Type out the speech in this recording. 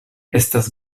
estas